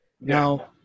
Now